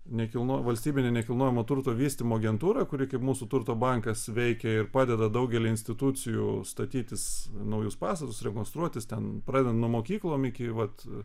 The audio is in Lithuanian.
nekilno valstybinio nekilnojamo turto vystymo agentūra kuri kaip mūsų turto bankas veikia ir padeda daugeliui institucijų statytis naujus pastatus rekonstruotis ten pradedant nuo mokyklom iki vat